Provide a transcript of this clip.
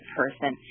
person